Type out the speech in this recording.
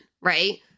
right